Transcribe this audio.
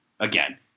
Again